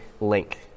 link